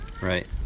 Right